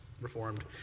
Reformed